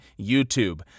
YouTube